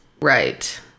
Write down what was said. right